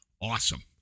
Awesome